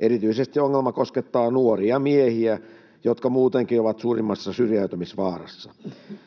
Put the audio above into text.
Erityisesti ongelma koskettaa nuoria miehiä, jotka muutenkin ovat suurimmassa syrjäytymisvaarassa.